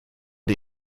die